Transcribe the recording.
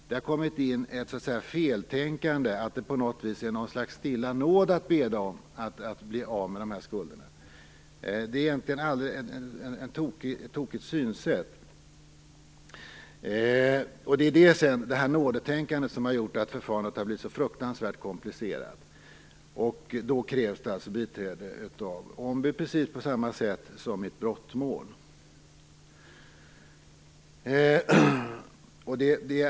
Det har kommit in ett feltänkande som går ut på att det så att säga är en stilla nåd att bedja om att bli av med sina skulder. Det är egentligen ett tokigt synsätt. Det är detta nådetänkande som har gjort att förfarandet har blivit så fruktansvärt komplicerat. Då krävs det alltså biträde av ombud, precis på samma sätt som i ett brottmål.